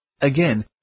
Again